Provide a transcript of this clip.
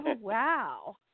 wow